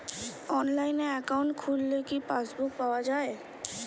অনলাইনে একাউন্ট খুললে কি পাসবুক পাওয়া যায়?